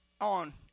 on